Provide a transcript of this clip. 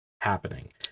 happening